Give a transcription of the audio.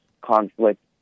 conflict